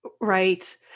right